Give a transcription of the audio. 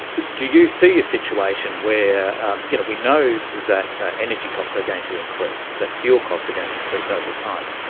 do you see a situation where um you know we know that energy costs are going to increase, that fuel costs are going to increase over time.